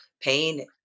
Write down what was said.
pain